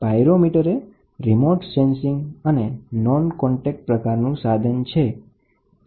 pyrometer એ remote sensing અને non contact પ્રકારનું સાધન છે